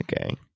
okay